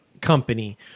Company